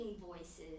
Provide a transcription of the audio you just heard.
voices